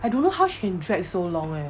I don't know how she can drag so long eh